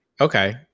Okay